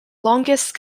longest